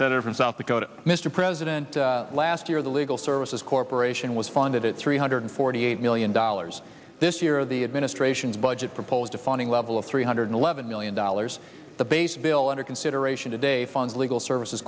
senator from south dakota mr president last year the legal services corporation was funded it's three hundred forty eight million dollars this year the administration's budget proposed a funding level of three hundred eleven million dollars the base bill under consideration today funds legal services